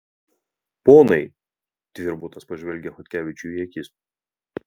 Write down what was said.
ponai tvirbutas pažvelgia chodkevičiui į akis